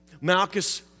Malchus